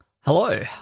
Hello